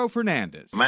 Fernandez